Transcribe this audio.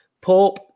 Pope